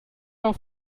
auf